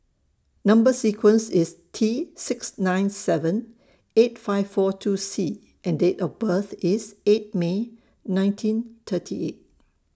Number sequence IS T six nine seven eight five four two C and Date of birth IS eight May nineteen thirty eight